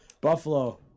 Buffalo